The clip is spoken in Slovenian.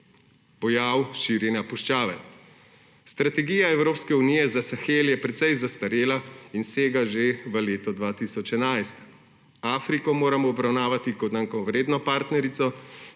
pojav širjenja puščave. Strategija Evropske unije za Sahel je precej zastarela in sega že v leto 2011. Afriko moramo obravnavati kot enakovredno partnerico,